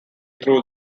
through